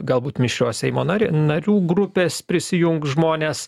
galbūt mišrios seimo nar narių grupės prisijungs žmonės